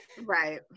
right